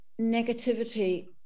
negativity